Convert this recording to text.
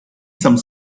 some